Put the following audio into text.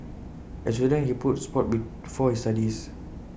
as A student he put Sport before his studies